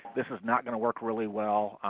this is not going to work really well,